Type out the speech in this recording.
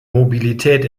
mobilität